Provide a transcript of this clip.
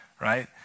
right